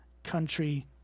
country